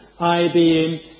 IBM